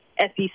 SEC